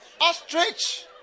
Ostrich